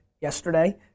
yesterday